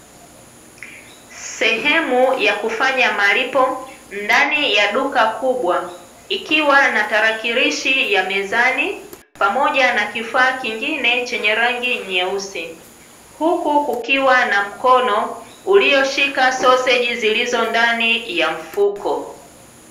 Sehemu ya kufanya malipo, ndani ya duka kubwa, ikiwa na tarakilishi ya mezani pamoja na kifaa kingine chenye rangi nyeusi, huku kukiwa na mkono ulioshika soseji zilizo ndani ya mfuko.